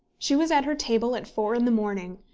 she was at her table at four in the morning,